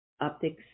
Optics